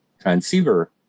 transceiver